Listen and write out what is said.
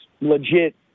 legit